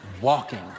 walking